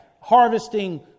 harvesting